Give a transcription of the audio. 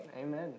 Amen